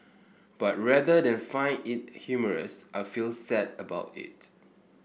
but rather than find it humorous I feel sad about it